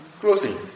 closing